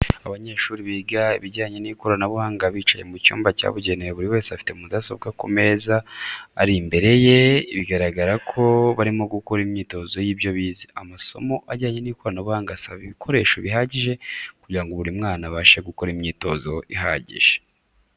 Abanyeshuri biga ibijyanye n'ikoranabuhanga bicaye mu cyumba cyabugenewe buri wese afite mudasobwa ku meza ari imbere ye bigaragara ko barimo gukora imyitozo y'ibyo bize. Amasomo ajyanye n'ikoranabuhanga asaba ibikoreso bihagije kugira ngo buri mwana abashe gukora imyitozo ihagije.